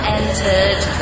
entered